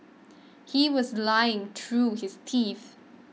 he was lying through his teeth